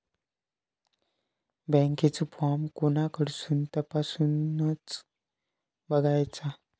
बँकेचो फार्म कोणाकडसून तपासूच बगायचा?